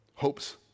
hopes